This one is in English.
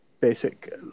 basic